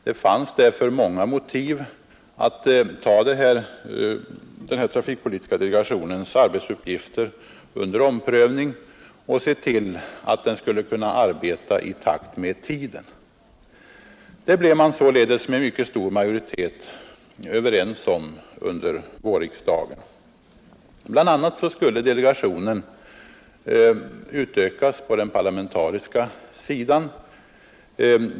Det fanns därför många motiv för att ompröva trafikpolitiska delegationens arbetsuppgifter och att se till att den skulle kunna arbeta i takt med tiden. Det blev man således med mycket stor majoritet överens om under vårriksdagen. BI. a. skulle delegationens parlamentariska del utökas.